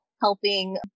helping